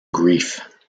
grief